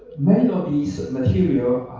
many of these material